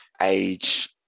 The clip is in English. age